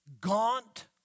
gaunt